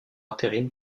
intérim